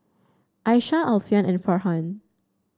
Aishah Alfian and Farhan